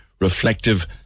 reflective